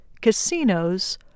casinos